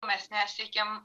mes nesiekiam